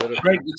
great